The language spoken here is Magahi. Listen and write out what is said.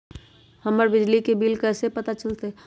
हमर बिजली के बिल कैसे पता चलतै?